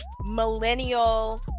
millennial